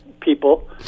people